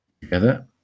together